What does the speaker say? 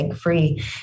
Free